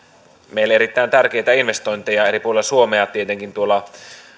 meille erittäin tärkeitä investointeja eri puolilla suomea tietenkin tuolla